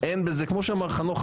כמו שאמר חנוך,